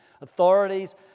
authorities